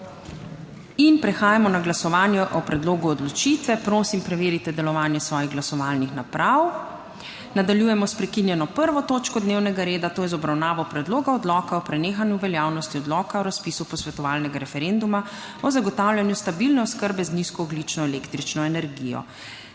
in prehajamo na glasovanje o predlogu odločitve. Prosim, preverite delovanje svojih glasovalnih naprav. Nadaljujemo s prekinjeno 1. točko dnevnega reda, to je z obravnavo Predloga odloka o prenehanju veljavnosti Odloka o razpisu posvetovalnega referenduma o zagotavljanju stabilne oskrbe z nizkoogljično električno energijo.